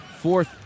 Fourth